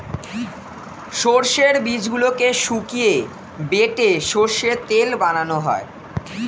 সর্ষের বীজগুলোকে শুকিয়ে বেটে সর্ষের তেল বানানো হয়